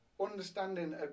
understanding